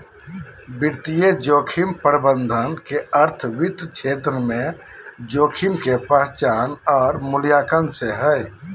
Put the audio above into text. वित्तीय जोखिम प्रबंधन के अर्थ वित्त क्षेत्र में जोखिम के पहचान आर मूल्यांकन से हय